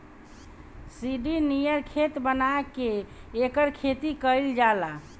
सीढ़ी नियर खेत बना के एकर खेती कइल जाला